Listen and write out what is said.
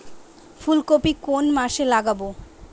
ফুলকপি কোন মাসে লাগাবো?